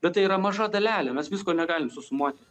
bet tai yra maža dalelė mes visko negalim susumuoti